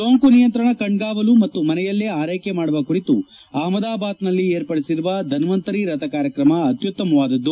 ಸೋಂಕು ನಿಯಂತ್ರಣ ಕಣ್ಗಾವಲು ಮತ್ತು ಮನೆಯಲ್ಲೇ ಆರೈಕೆ ಮಾಡುವ ಕುರಿತು ಅಪಮದಾಬಾದ್ನಲ್ಲಿ ಏರ್ಪಡಿಸಿರುವ ಧನ್ವಂತರಿ ರಥ ಕಾರ್ಯಕ್ರಮ ಅತ್ಯುತ್ತಮವಾದದು